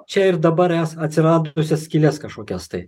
čia ir dabar es atsiradusias skyles kažkokias tai